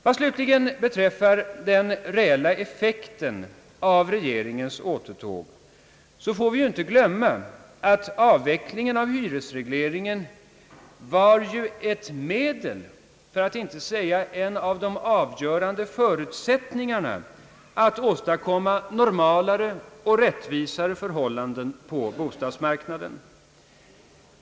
Vad slutligen beträffar den reella effekten av regeringens återtåg får vi inte glömma att avvecklingen av hyresregleringen var ett medel för att inte säga en av de avgörande förutsättningarna för att åstadkomma normalare och rättvisare förhållanden på bostadsmarknaden.